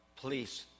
Police